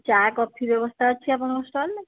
ଚା କଫି ବ୍ୟବସ୍ଥା ଅଛି ଆପଣଙ୍କ ଷ୍ଟଲ୍ ରେ